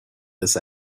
this